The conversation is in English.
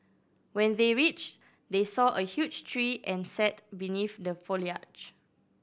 when they reached they saw a huge tree and sat beneath the foliage